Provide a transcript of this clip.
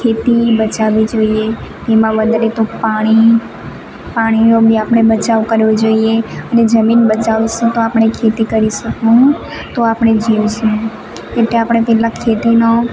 ખેતી બચાવવી જોઈએ એમાં વધારે તો પાણી પાણીનો બી આપણે બચાવ કરવો જોઈએ જમીન બચાવીશું તો આપણે ખેતી કરી શકું તો આપણે જીવશું કેમ કે આપણે પહેલાં ખેતીનો